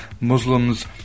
Muslims